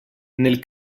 nel